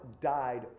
died